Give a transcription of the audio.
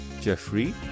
Jeffrey